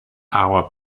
our